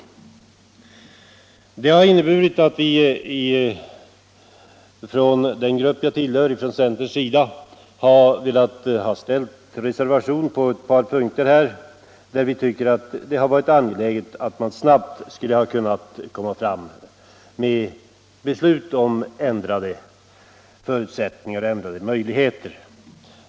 Det har gjort att vi från centern har avgivit reservation på ett par punkter i utskottets betänkande, där vi anser det angeläget med ett snabbt beslut om ändrade förutsättningar och möjligheter.